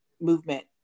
movement